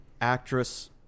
actress